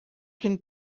can